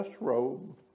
robe